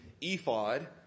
ephod